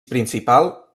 principal